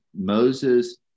Moses